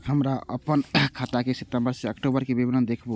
हमरा अपन खाता के सितम्बर से अक्टूबर के विवरण देखबु?